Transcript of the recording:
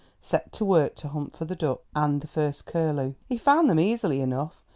set to work to hunt for the duck and the first curfew. he found them easily enough,